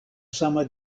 sama